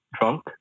drunk